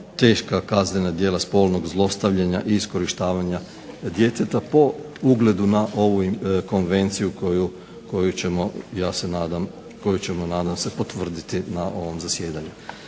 Teška kaznena djela spolnog zlostavljanja i iskorištavanja djeteta po ugledu na ovu konvenciju koju ćemo ja se nadam potvrditi na ovom zasjedanju.